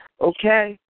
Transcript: Okay